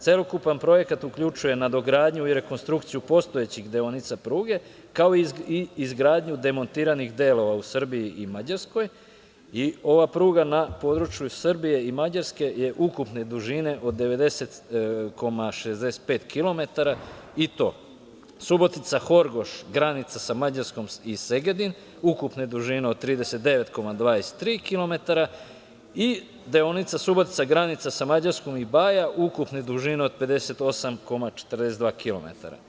Celokupan projekat uključuje nadogradnju i rekonstrukciju postojećih deonica pruge, kao i izgradnju demontiranih delova u Srbiji i Mađarskoj i ova pruga na području Srbije i Mađarske je ukupne dužine od 90,65 kilometara i to Subotica – Horgoš, granica sa Mađarskom i Segedin, ukupne dužine od 39,23 kilometara i deonica Subotica – granica sa Mađarskom i Baja, ukupne dužine od 58,42 kilometara.